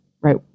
Right